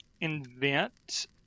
invent